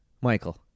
Michael